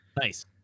Nice